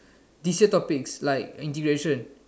teacher topics like integration